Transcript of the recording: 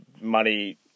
money